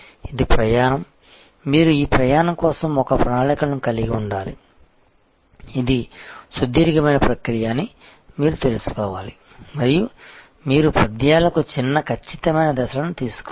ఇదిప్రయాణం మీరు ఈ ప్రయాణం కోసం ఒక ప్రణాళికను కలిగి ఉండాలి ఇది సుదీర్ఘమైన ప్రక్రియ అని మీరు తెలుసుకోవాలి మరియు మీరు పద్యాలకు చిన్న ఖచ్చితమైన దశలను తీసుకోవాలి